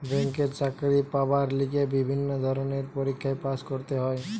ব্যাংকে চাকরি পাবার লিগে বিভিন্ন ধরণের পরীক্ষায় পাস্ করতে হয়